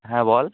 হ্যাঁ বল